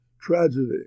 tragedy